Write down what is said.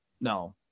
no